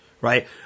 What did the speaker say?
right